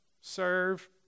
serve